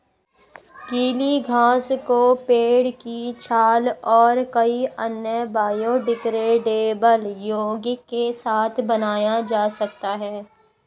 गीली घास को पेड़ की छाल और कई अन्य बायोडिग्रेडेबल यौगिक के साथ बनाया जा सकता है